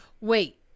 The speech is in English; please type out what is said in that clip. Wait